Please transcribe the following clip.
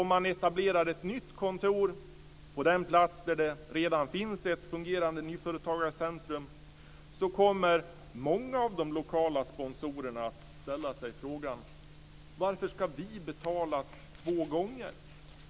Om man etablerar ett nytt kontor på en plats där det redan finns ett fungerande nyföretagarcentrum, så kommer många av de lokala sponsorerna att ställa sig frågan: Varför ska vi betala två gånger?